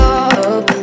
up